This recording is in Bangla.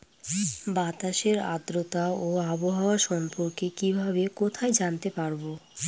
বাতাসের আর্দ্রতা ও আবহাওয়া সম্পর্কে কিভাবে কোথায় জানতে পারবো?